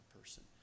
person